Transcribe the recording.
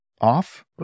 off